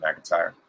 McIntyre